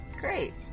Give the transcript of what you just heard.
Great